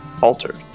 altered